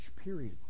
period